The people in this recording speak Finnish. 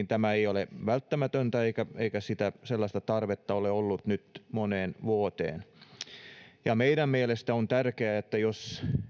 tämä ei ole välttämätöntä eikä sellaista tarvetta ole ollut nyt moneen vuoteen meidän mielestämme on tärkeää että jos